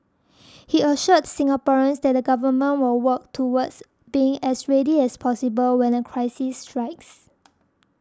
he assured Singaporeans that the government will work towards being as ready as possible when a crisis strikes